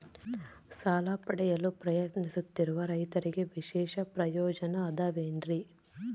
ಸಾಲ ಪಡೆಯಲು ಪ್ರಯತ್ನಿಸುತ್ತಿರುವ ರೈತರಿಗೆ ವಿಶೇಷ ಪ್ರಯೋಜನ ಅವ ಏನ್ರಿ?